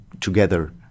together